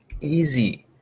Easy